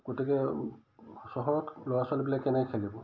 গতিকে চহৰত ল'ৰা ছোৱালীবিলাক কেনেকৈ খেলিব